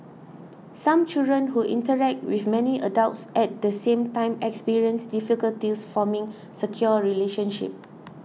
some children who interact with many adults at the same time experience difficulties forming secure relationships